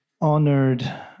honored